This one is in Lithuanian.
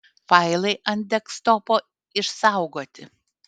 failai ant desktopo išsaugoti